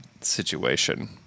situation